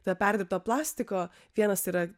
be perdėto plastiko vienas yra